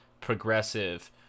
progressive